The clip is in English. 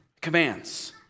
commands